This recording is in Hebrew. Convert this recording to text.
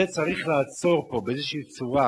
זה צריך לעבור פה, באיזושהי צורה,